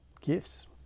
gifts